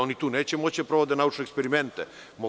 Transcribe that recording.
Oni tu neće moći da sprovode naučne eksperimente.